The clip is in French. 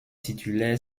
titulaire